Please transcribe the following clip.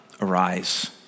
arise